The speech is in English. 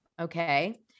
okay